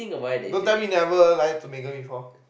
don't tell me never lie to Megan before